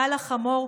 / מעל גב החמור,